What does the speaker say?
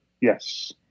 Yes